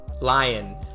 lion